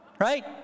Right